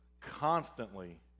constantly